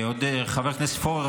חבר הכנסת פורר,